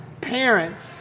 Parents